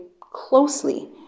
closely